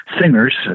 singers